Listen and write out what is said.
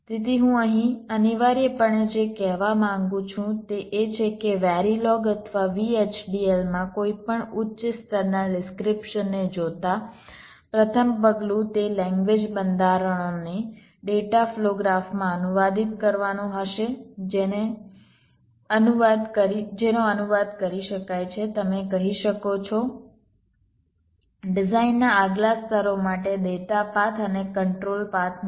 તેથી હું અહીં અનિવાર્યપણે જે કહેવા માંગુ છું તે એ છે કે વેરિલોગ અથવા VHDL માં કોઈપણ ઉચ્ચ સ્તરના ડિસ્ક્રીપ્શનને જોતાં પ્રથમ પગલું તે લેંગ્વેજ બંધારણોને ડેટા ફ્લો ગ્રાફમાં અનુવાદિત કરવાનું હશે જેનો અનુવાદ કરી શકાય છે તમે કહી શકો છો ડિઝાઇનના આગલા સ્તરો માટે ડેટા પાથ અને કંટ્રોલ પાથમાં